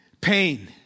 pain